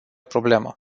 problemă